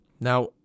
Now